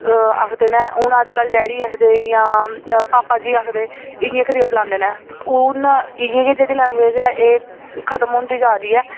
आखदे न हून अज्जकल डैडी आखदे इ'यां भापा जी आखदे इ'यां करियै बलांदे न हून इ'यै जेह्ड़ी लैंग्वेज ऐ एह् खत्म होंदी जा दी ऐ